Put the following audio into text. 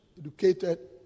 educated